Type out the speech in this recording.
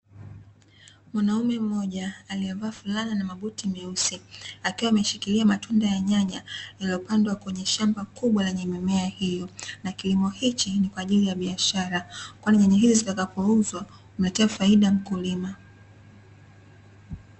Mwanaume mmoja aliyevaa fulana na mabuti meusi, akiwa ameshikilia matunda ya nyanya yaliyopandwa kwenye shamba kubwa lenye mimea hiyo. Na kilimo hichi ni kwa ajili ya biashara kwani nyanya hizi zitakapouzwa humletea faida mkulima.